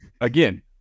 again